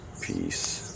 peace